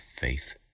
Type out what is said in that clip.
faith